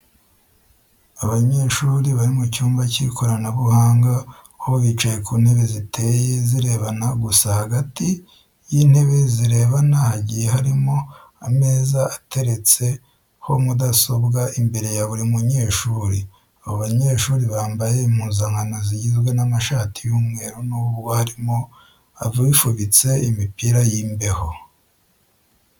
Abanyeshuri bari mu cyumba cy'ikoranabuhanga aho bicaye ku ntebe ziteye zirebana gusa hagati y'intebe zirebana hagiye harimo ameza ateretseho mudasobwa imbere ya buri munyeshuri. Abo banyeshuri bambaye impuzankano zigizwe n'amashati y'umweru nubwo harimo abifubitse imipira y'imbeho.